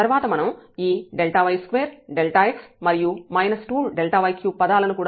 తర్వాత మనం ఈ Δy2 Δx మరియు 2Δy3పదాలను కూడా పొందుతాము